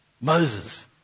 Moses